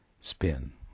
spin